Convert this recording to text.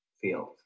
field